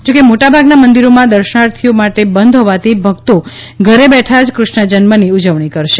જો કે મોટાભાગના મંદીરોમાં દર્શનાર્થીઓ માટે બંધ હોવાથી ભકતો ઘરે બેઠા જ ફષ્ણ જન્મની ઉજવણી કરશે